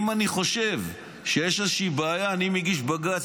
אם אני חושב שיש איזושהי בעיה, אני מגיש בג"ץ.